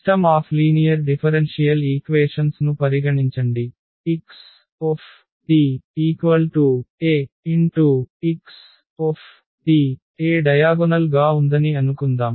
system of linear differential equations ను పరిగణించండి Xt A X A diagonal గా ఉందని అనుకుందాం